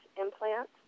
implant